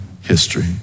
history